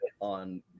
on